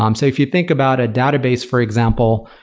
um so if you think about a database, for example,